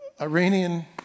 Iranian